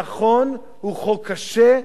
נכון הוא חוק קשה,